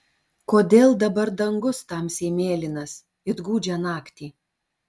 kodėl dabar dangus tamsiai mėlynas it gūdžią naktį